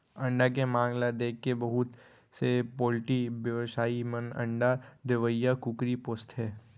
अंडा के मांग ल देखके बहुत से पोल्टी बेवसायी मन अंडा देवइया कुकरी पोसथें